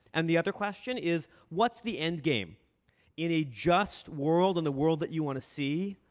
and the other question is, what's the endgame? in a just world, in the world that you want to see,